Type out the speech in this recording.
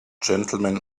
gentlemen